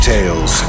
Tales